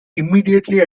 immediately